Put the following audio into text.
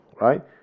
right